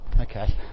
Okay